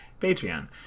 Patreon